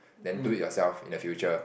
then do it yourself in the future